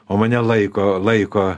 o mane laiko laiko